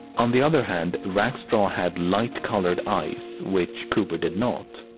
on the other hand, rackstraw had light-colored eyes, which cooper did not.